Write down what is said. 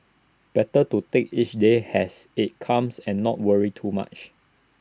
better to take each day has IT comes and not worry too much